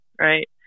right